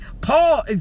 Paul